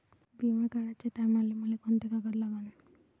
बिमा काढाचे टायमाले मले कोंते कागद लागन?